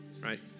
right